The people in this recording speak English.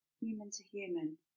human-to-human